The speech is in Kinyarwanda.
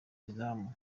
izamu